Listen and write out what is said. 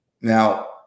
Now